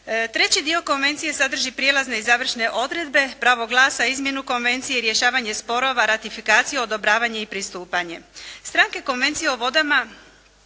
Treći dio konvencije sadrži prijelazne i završne odredbe, pravo glasa i izmjenu konvencije, rješavanje sporova, ratifikaciju, odobravanje i pristupanje.